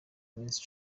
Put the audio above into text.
iminsi